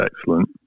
excellent